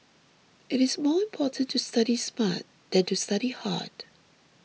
it is more important to study smart than to study hard